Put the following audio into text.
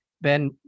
Ben